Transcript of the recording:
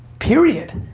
period.